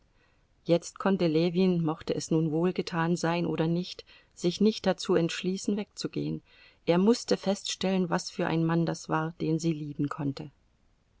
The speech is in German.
jetzt konnte ljewin mochte es nun wohlgetan sein oder nicht sich nicht dazu entschließen wegzugehen er mußte feststellen was für ein mann das war den sie lieben konnte